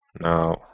No